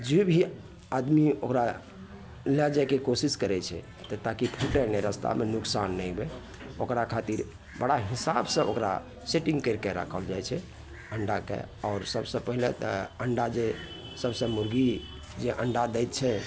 जे भी आदमी ओकरा लऽ जाइके कोशिश करैत छै ताकि फूटय नहि रास्तामे नुकसान नहि हुए ओकरा खातिर बड़ा हिसाब से ओकरा सेटिंग करिके राखल जाइत छै अंडाके आओर सबसे पहिले तऽ अंडा जे सबसे मुर्गी जे अंडा दै छै